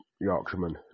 Yorkshireman